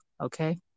okay